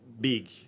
big